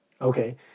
Okay